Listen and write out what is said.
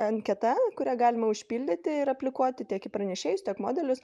anketa kurią galima užpildyti ir aplikuoti tiek į pranešėjus tiek modelius